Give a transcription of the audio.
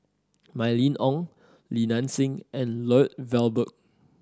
Mylene Ong Li Nanxing and Lloyd Valberg